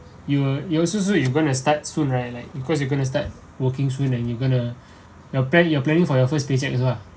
you you also so you going to start soon right like because you going to start working soon and you going to your're plan you're planning for your first paycheck also ah